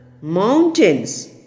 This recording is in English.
mountains